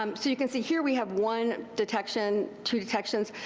um so you can see here we have one detection, two detections.